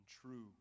true